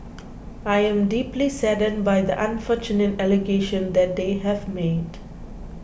I am deeply saddened by the unfortunate allegation that they have made